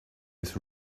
his